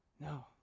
No